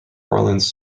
orleans